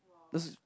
let's